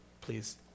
please